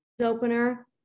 opener